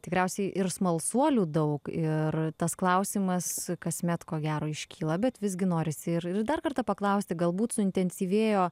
tikriausiai ir smalsuolių daug ir tas klausimas kasmet ko gero iškyla bet visgi norisi ir ir dar kartą paklausti galbūt suintensyvėjo